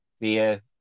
via